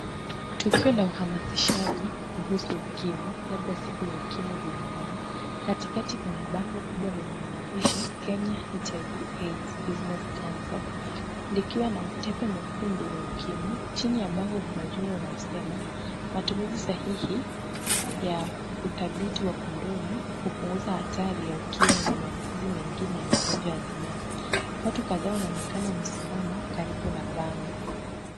Tukio la uhamasishaji kuhusu ukimwi labda siku ya ukimwi duniani, katikati kuna bango kubwa lenye maandishi Kenya HIV/AIDS Business Council, likiwa na utepe mwekundu wa ukimwi, chini ya bango kuna ujumbe unaosema, Matumizi sahihi ya utabiti wa kondomu hupunguza hatari ya ukimwi na maambukizi mengine ya magonjwa ya zinaa. Watu kadhaa wanaonekana wamesimama karibu na bango.